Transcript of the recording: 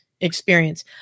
experience